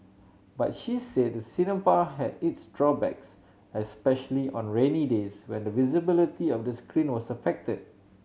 but she said the cinema had its drawbacks especially on rainy days when the visibility of the screen was affected